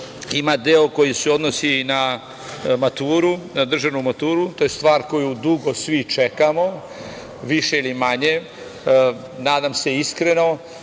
ima deo koji se odnosi na državnu maturu. To je stvar koju dugo svi čekamo, više ili manje, nadam se iskreno.